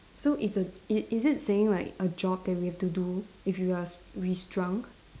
so it's a i~ is it saying like a job that we have to do if you are s~ we shrunk